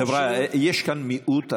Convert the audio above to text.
חבריא, יש כאן מיעוט אנשים,